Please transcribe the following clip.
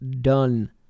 done